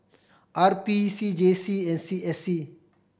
R P C J C and C S C